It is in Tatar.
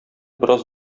бераз